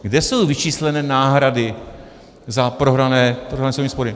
Kde jsou vyčíslené náhrady za prohrané spory?